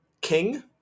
King